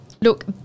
Look